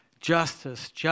justice